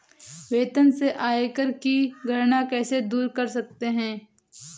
वेतन से आयकर की गणना कैसे दूर कर सकते है?